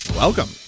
Welcome